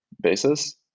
basis